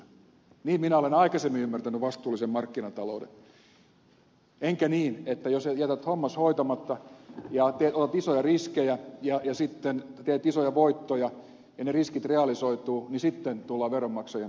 niin minä olen aikaisemmin ymmärtänyt vastuullisen markkinatalouden enkä niin että jos jätät hommasi hoitamatta ja otat isoja riskejä ja sitten teet isoja voittoja ja ne riskit realisoituvat niin sitten tullaan veronmaksajan piikkiin